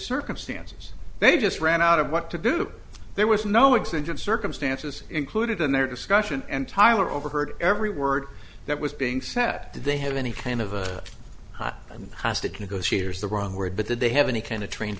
circumstances they just ran out of what to do there was no exemption circumstances included in their discussion and tyler overheard every word that was being said did they have any kind of a hot hostage negotiators the wrong word but that they have any kind of train